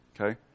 Okay